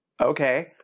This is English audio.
Okay